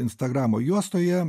instagramo juostoje